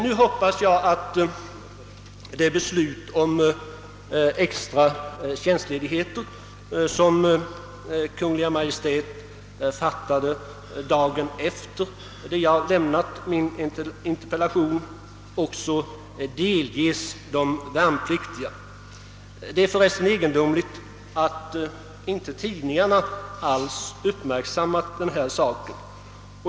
Nu hoppas jag att det beslut om extra tjänstledighet, som Kungl. Maj:t fattade dagen efter det jag framställt min interpellation, också delges de värnpliktiga. Det är för resten egendomligt att inte tidningarna alls uppmärksammat denna sak.